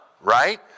right